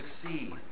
succeed